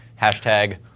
Hashtag